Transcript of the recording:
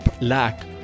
lack